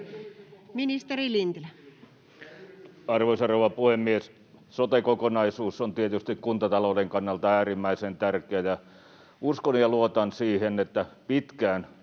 Content: Arvoisa rouva puhemies! Sote-kokonaisuus on tietysti kuntatalouden kannalta äärimmäisen tärkeä, ja uskon ja luotan siihen, että pitkään